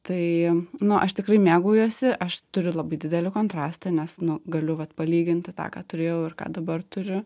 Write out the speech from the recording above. tai nu aš tikrai mėgaujuosi aš turiu labai didelį kontrastą nes nu galiu vat palyginti tą ką turėjau ir ką dabar turiu